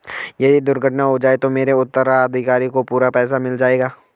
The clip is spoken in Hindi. यदि दुर्घटना हो जाये तो मेरे उत्तराधिकारी को पूरा पैसा मिल जाएगा?